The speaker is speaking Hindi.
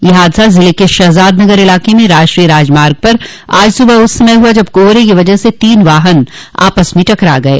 यह हादसा ज़िले के शहजादनगर इलाक में राष्ट्रीय राजमार्ग पर आज सुबह उस समय हुआ जब कोहरे की वजह से तीन वाहन आपस में टकरा गये